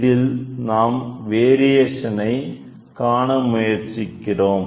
இதில் நாம் வேரியேஷனை காண முயற்சிக்கிறோம்